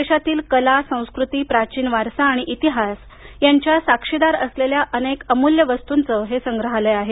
देशातील कला संस्कृती प्राचीन वारसा आणि इतिहास यांच्या साक्षीदार असलेल्या अनेक अमूल्य वस्तूंचे हे संग्रहालय आहे